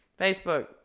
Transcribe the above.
facebook